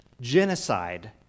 genocide